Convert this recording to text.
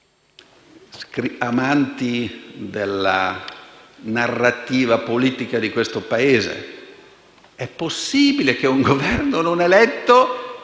amanti della narrativa politica di questo Paese: è possibile che un Governo non eletto